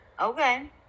Okay